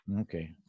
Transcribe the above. Okay